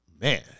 Man